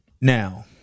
Now